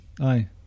aye